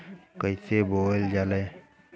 कईसे बोवल जाले?